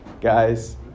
guys